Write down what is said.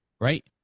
right